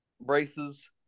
braces